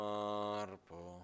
Marpo